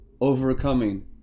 overcoming